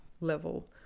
level